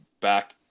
back